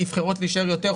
יכולות להישאר יותר,